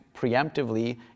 preemptively